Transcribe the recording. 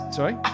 Sorry